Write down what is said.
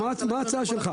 מה ההצעה שלך?